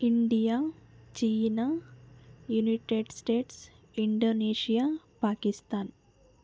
India China United States Indonesia Pakistan